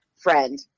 friend